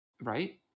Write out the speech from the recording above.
right